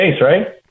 right